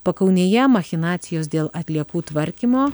pakaunėje machinacijos dėl atliekų tvarkymo